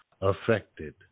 affected